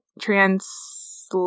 trans